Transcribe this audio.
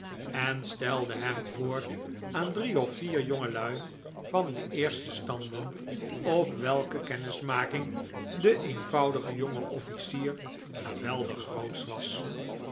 en stelde hem voor aan drie of vier jongelui van de eerste standen op welke kennismaking de eenvoudige jonge officier geweldig grootsch was